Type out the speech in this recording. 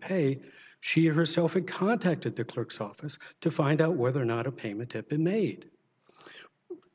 pay she herself had contact at the clerk's office to find out whether or not a payment have been made